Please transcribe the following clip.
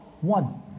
one